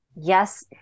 yes